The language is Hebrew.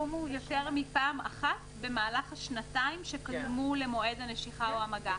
הסיכום הוא: יותר מפעם אחת במהלך השנתיים שקדמו למועד הנשיכה או המגע.